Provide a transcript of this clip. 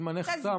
זמנך תם.